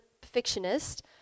perfectionist